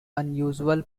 unusual